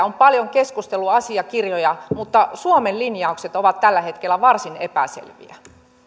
on paljon keskustelua ja asiakirjoja mutta suomen linjaukset ovat tällä hetkellä varsin epäselviä